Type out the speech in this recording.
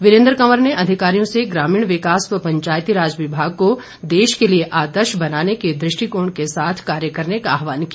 वीरेन्द्र कंवर ने अधिकारियों से ग्रामीण विकास व पंचायतीराज विभाग को देश के लिए आदर्श बनाने के दृष्टिकोण के साथ कार्य करने का आह्वान किया